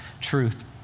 truth